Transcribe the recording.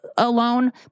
alone